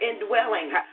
indwelling